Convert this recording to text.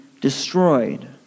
destroyed